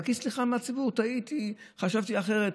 לבקש סליחה מהציבור: טעיתי, חשבתי אחרת.